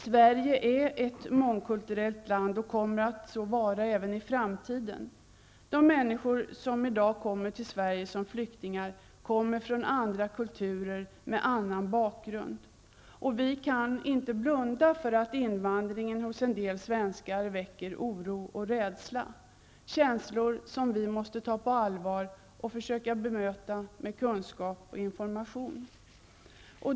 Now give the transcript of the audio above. Sverige är ett mångkulturellt land och kommer så att vara även i framtiden. De människor som i dag kommer till Sverige som flyktingar kommer från andra kulturer med en annan bakgrund. Vi kan inte blunda för att invandringen, hos en del svenskar, väcker oro och rädsla. Det är känslor som vi måste ta på allvar och försöka bemöta med kunskap och information.